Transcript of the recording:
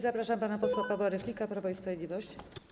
Zapraszam pana posła Pawła Rychlika, Prawo i Sprawiedliwość.